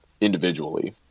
individually